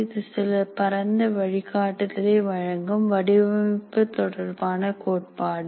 இது சில பரந்த வழிகாட்டுதலை வழங்கும் வடிவமைப்பு தொடர்பான கோட்பாடு